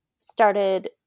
started